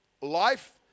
life